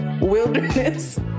wilderness